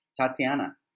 Tatiana